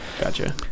gotcha